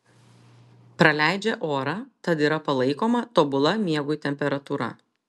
praleidžią orą tad yra palaikoma tobula miegui temperatūra